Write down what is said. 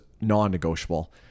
non-negotiable